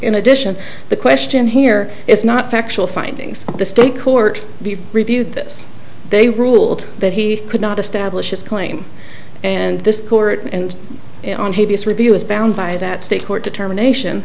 in addition the question here is not factual findings the state court be reviewed this they ruled that he could not establish his claim and this court and review is bound by that state for determination